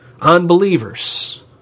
unbelievers